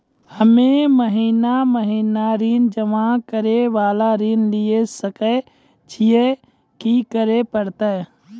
हम्मे महीना महीना ऋण जमा करे वाला ऋण लिये सकय छियै, की करे परतै?